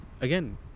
again